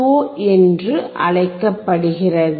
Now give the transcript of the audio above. ஓ என்றும் அழைக்கப்படுகிறது